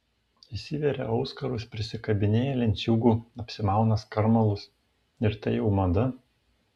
įsiveria auskarus prisikabinėja lenciūgų apsimauna skarmalus ir tai jau mada